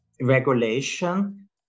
regulation